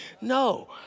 No